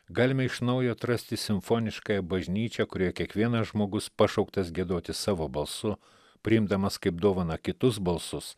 galime iš naujo atrasti simfoniškąją bažnyčią kurioje kiekvienas žmogus pašauktas giedoti savo balsu priimdamas kaip dovaną kitus balsus